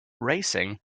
racing